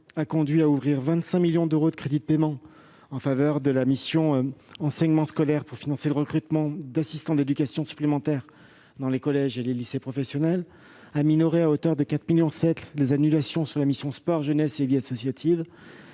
a conduit : à ouvrir 25 millions d'euros de crédits de paiement en faveur de la mission « Enseignement scolaire », pour financer le recrutement d'assistants d'éducation supplémentaires dans les collèges et les lycées professionnels ; à minorer à hauteur de 4,7 millions d'euros, les annulations sur la mission « Sport, jeunesse et vie associative